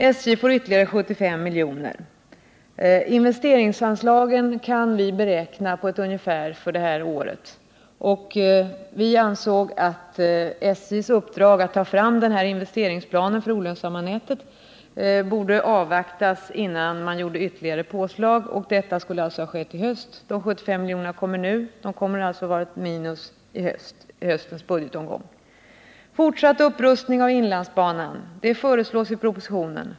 SJ skall få ytterligare 75 milj.kr. — Investeringsanslagen kan vi beräkna på ett ungefär för detta år, och vi ansåg att SJ:s uppdrag att ta fram en investeringsplan för det olönsamma nätet borde avvaktas innan man gjorde ytterligare påslag. Den planen presenteras i höst. De ytterligare 75 miljonerna som anslås nu kommer att utgöra ett minus i höstens budgetomgång. Fortsatt upprustning av inlandsbanan. — Detta föreslås i propositionen.